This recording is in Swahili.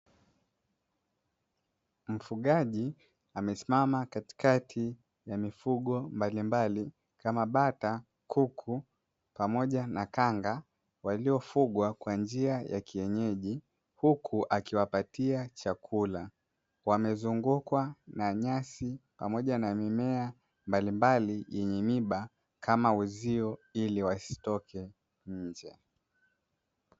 Mfugaji amesimama katikati ya mifugo mbalimbali, kama; bata, kuku pamoja na kanga, waliofugwa kwa njia ya kienyeji, huku akiwapatia chakula, wamezungukwa na nyasi pamoja na mimea mbalimbali yenye miba kama uzio ili wasitoke nje.